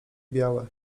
białe